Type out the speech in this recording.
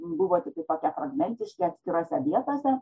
buvo tiktai tokie fragmentiški atskirose vietose